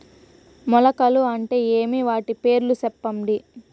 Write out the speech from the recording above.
మొలకలు అంటే ఏమి? వాటి పేర్లు సెప్పండి?